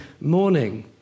morning